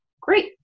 great